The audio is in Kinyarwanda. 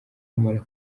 bamara